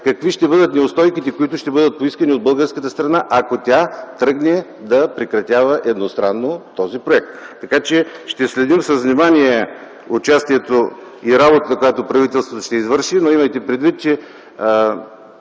какви ще бъдат неустойките, които ще бъдат поискани от българската страна, ако тя тръгне да прекратява едностранно този проект. Ще следим с внимание участието и работата, която правителството ще извърши, но имайте предвид, че